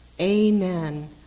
Amen